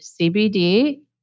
CBD